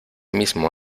mismo